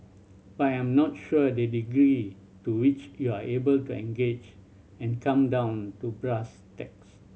but I am not sure the degree to which you are able to engage and come down to brass tacks